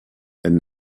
and